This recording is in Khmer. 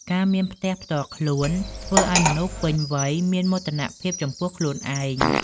ការមានផ្ទះផ្ទាល់ខ្លួន ធ្វើឱ្យមនុស្សពេញវ័យមានមោទនភាពចំពោះខ្លួនឯង។